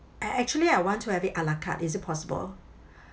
ac~ actually I want to have it a la carte is it possible